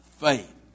faith